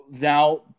now